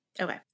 Okay